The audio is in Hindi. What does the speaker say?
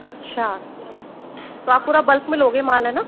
अच्छा तो आप पूरा बल्क में लोगे माल है न